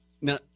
Now